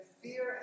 fear